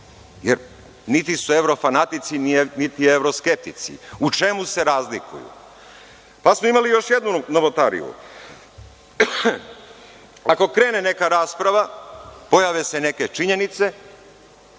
jer niti su evrofanatici, niti evroskeptici. U čemu se razlikuju? Imali smo još jednu novotariju. Ako krene neka rasprava, pojave se neke činjenice,